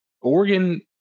Oregon